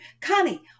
Connie